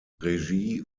regie